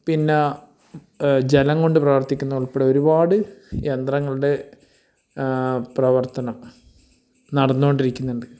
പിന്നെ ജലം കൊണ്ട് പ്രവർത്തിക്കുന്ന ഉൾപ്പെടെ ഒരുപാട് യന്ത്രങ്ങളുടെ പ്രവർത്തനം നടന്നു കൊണ്ടിരിക്കുന്നുണ്ട്